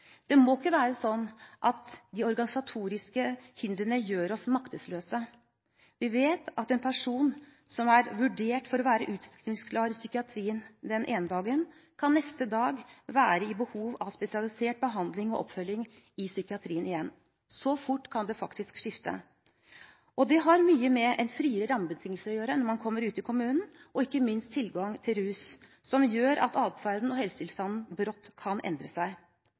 Det må ikke være sånn at de organisatoriske hindrene gjør oss maktesløse. Vi vet at en person som er vurdert til å være utskrivningsklar i psykiatrien den ene dagen, neste dag kan ha behov for spesialisert behandling og oppfølging i psykiatrien igjen. Så fort kan det faktisk skifte. Det har mye med en friere rammebetingelse når man kommer ut i kommunen å gjøre, og ikke minst tilgang til rus, som gjør at adferden og helsetilstanden brått kan endre seg.